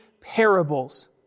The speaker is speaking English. parables